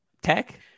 tech